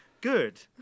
Good